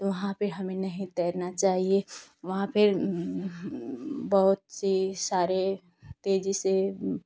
तो वहाँ पर हमें नहीं तैरना चाहिए वहाँ पर बहुत से सारे तेजी से आते हैं